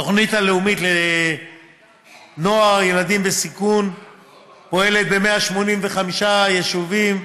התוכנית הלאומית לנוער וילדים בסיכון פועלת ב־185 יישובים.